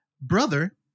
brother